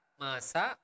masa